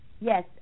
Yes